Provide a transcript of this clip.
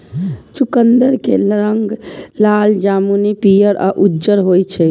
चुकंदर के रंग लाल, जामुनी, पीयर या उज्जर होइ छै